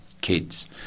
kids